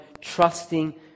trusting